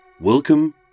Welcome